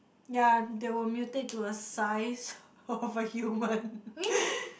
ya they will mutate to the size of a human